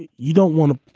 you you don't want to.